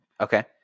Okay